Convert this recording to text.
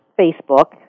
Facebook